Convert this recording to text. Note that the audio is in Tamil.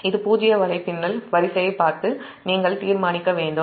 இது பூஜ்ஜிய வலைப்பின்னல் வரிசையைப் பார்த்து நீங்கள் தீர்மானிக்க வேண்டும்